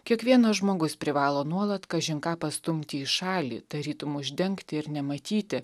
kiekvienas žmogus privalo nuolat kažin ką pastumti į šalį tarytum uždengti ir nematyti